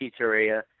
pizzeria